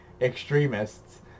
extremists